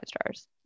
stars